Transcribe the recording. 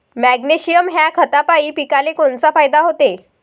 Magnesium ह्या खतापायी पिकाले कोनचा फायदा होते?